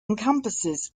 encompasses